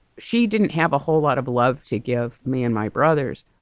she didn't have a whole lot of love to give me and my brothers.